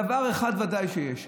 דבר אחד בוודאי שיש,